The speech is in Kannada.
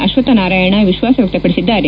ಅಶ್ವತ್ತನಾರಾಯಣ ವಿಶ್ವಾಸ ವ್ವಕ್ತಪಡಿಸಿದ್ದಾರೆ